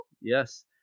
Yes